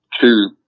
two